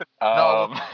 No